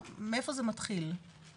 מאיפה זה מתחיל?